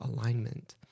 Alignment